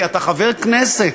כי אתה חבר כנסת,